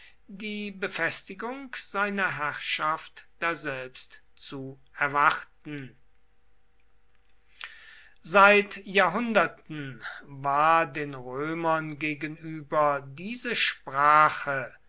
die befestigung seiner herrschaft daselbst zu erwarten seit jahrhunderten war den römern gegenüber diese sprache